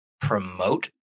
promote